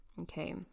Okay